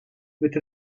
with